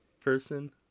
person